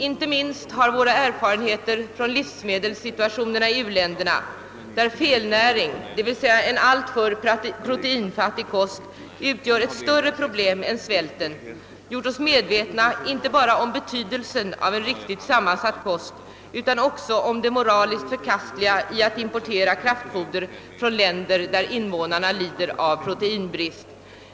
Inte minst har våra erfarenheter från livsmedels situationen i u-länderna — där felnäring, d. v. s. en alltför proteinfattig kost, utgör ett större problem än svälten — gjort oss medvetna inte bara om betydelsen av en riktigt sammansatt kost utan också om det moraliskt förkastliga i att importera kraftfoder från länder där invånarna lider av proteinbrist.